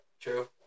True